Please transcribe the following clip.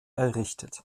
errichtet